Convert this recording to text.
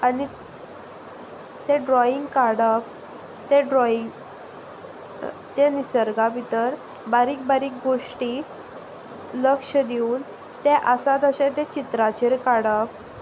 आनी तें ड्रॉईंग काडप ते ड्रॉईंग ते निसर्गा भितर बारीक बारीक गोश्टी लक्ष दिवन तें आसा तशें ते चित्राचेर काडप